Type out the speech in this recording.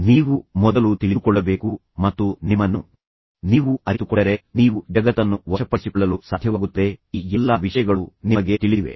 ನೀವು ಮೊದಲು ತಿಳಿದುಕೊಳ್ಳಬೇಕು ಮತ್ತು ನಿಮ್ಮನ್ನು ನೀವು ಅರಿತುಕೊಂಡರೆ ನೀವು ಜಗತ್ತನ್ನು ವಶಪಡಿಸಿಕೊಳ್ಳಲು ಸಾಧ್ಯವಾಗುತ್ತದೆ ಈ ಎಲ್ಲಾ ವಿಷಯಗಳು ನಿಮಗೆ ತಿಳಿದಿವೆ